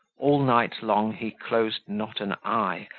all night long he closed not an eye,